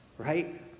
right